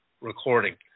recording